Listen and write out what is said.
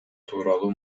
тууралуу